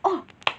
oh